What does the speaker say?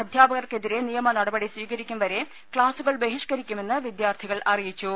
അധ്യാപകർക്കെതിരെ നിയമ നടപടി സ്വീകരിക്കും വരെ ക്ലാസുകൾ ബഹിഷ്കരിക്കു മെന്ന് വിദ്യാർത്ഥികൾ അറിയിച്ചു